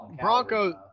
Broncos –